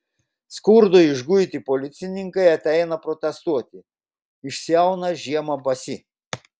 skurdo išguiti policininkai ateina protestuoti išsiauna žiemą basi